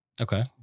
Okay